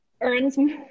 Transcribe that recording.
earns